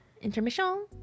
intermission